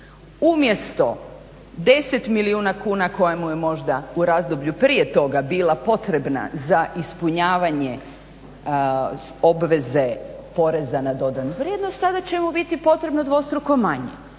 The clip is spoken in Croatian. Umjesto 10 milijuna kuna koje mu je možda u razdoblju prije toga bila potrebna za ispunjavanje obveze poreza na dodanu vrijednost sada će mu biti potrebno dvostruko manje.